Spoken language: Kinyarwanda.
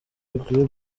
bikwiye